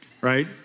right